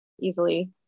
easily